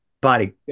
Body